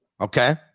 Okay